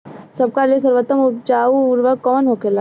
सबका ले सर्वोत्तम उपजाऊ उर्वरक कवन होखेला?